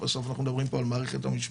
בסוף אנחנו מדברים על מערכת המשפט,